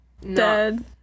Dead